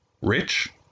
rich